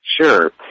Sure